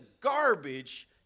garbage